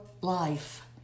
life